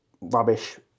Rubbish